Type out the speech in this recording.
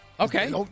Okay